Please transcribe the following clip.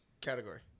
category